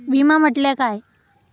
विमा म्हटल्या काय?